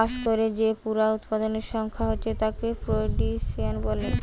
চাষ কোরে যে পুরা উৎপাদনের সংখ্যা হচ্ছে তাকে প্রডিউস বলে